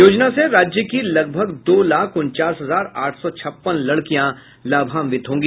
योजना से राज्य की लगभग दो लाख उनचास हजार आठ सौ छप्पन लड़कियां लाभांवित होंगी